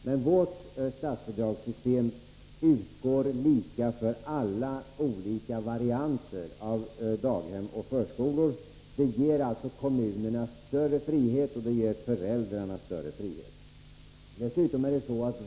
Men i vårt statsbidragssystem utgår bidragen lika för alla olika varianter av daghem och förskolor, vilket innebär större frihet för både kommunerna och föräldrarna.